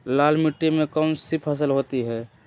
लाल मिट्टी में कौन सी फसल होती हैं?